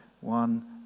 one